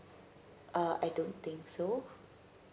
uh I don't think so